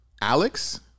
Alex